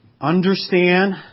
understand